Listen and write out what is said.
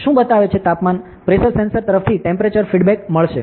શું બતાવે છે તાપમાન પ્રેશર સેન્સર તરફથી ટેમ્પરેચર ફીડબૅક મળશે